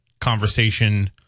conversation